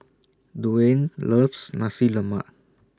Duane loves Nasi Lemak